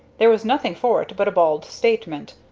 there was nothing for it but a bald statement,